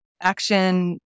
action